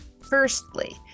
Firstly